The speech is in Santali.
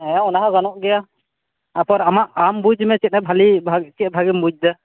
ᱦᱮᱸ ᱚᱱᱟ ᱦᱚᱸ ᱜᱟᱱᱚᱜ ᱜᱮᱭᱟ ᱛᱟᱯᱚᱨ ᱟᱢᱟᱜ ᱟᱢ ᱵᱩᱡᱽ ᱢᱮ ᱪᱮᱫ ᱮ ᱵᱷᱟᱞᱮ ᱵᱷᱟᱜᱽ ᱜᱮ ᱪᱮᱫ ᱵᱷᱟᱜᱮᱢ ᱵᱩᱡᱽ ᱮᱫᱟ